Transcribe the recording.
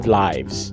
lives